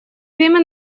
время